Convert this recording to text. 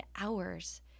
hours